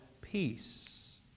peace